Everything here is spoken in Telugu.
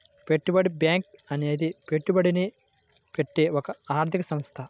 పెట్టుబడి బ్యాంకు అనేది పెట్టుబడిని పెంచే ఒక ఆర్థిక సంస్థ